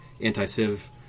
anti-civ